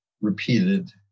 repeated